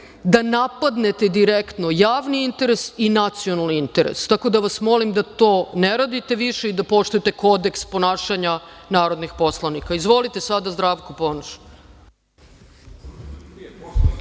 da napadnete direktno javni interes i nacionalni interes. Tako da vas molim da to ne radite više i da poštujete Kodeks ponašanja narodnih poslanika. Izvolite, reč ima Zdravko Ponoš.